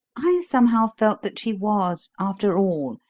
i somehow felt that she was, after all,